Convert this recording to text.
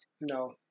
No